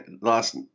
last